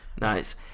Nice